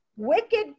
wicked